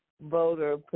voter